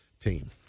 Team